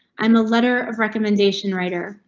i'm a letter of recommendation writer.